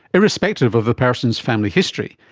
irrespective of the person's family history,